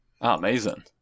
Amazing